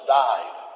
died